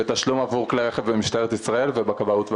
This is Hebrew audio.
ותשלום עבור כלי רכב במשטרת ישראל ובכבאות והצלה.